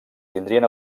tindrien